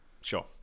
Sure